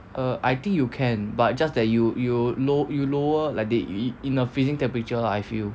err I think you can but just that you you low you lower like the in a freezing temperature lah I feel